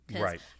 Right